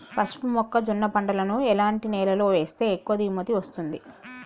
పసుపు మొక్క జొన్న పంటలను ఎలాంటి నేలలో వేస్తే ఎక్కువ దిగుమతి వస్తుంది?